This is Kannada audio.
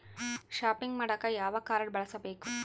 ಷಾಪಿಂಗ್ ಮಾಡಾಕ ಯಾವ ಕಾಡ್೯ ಬಳಸಬೇಕು?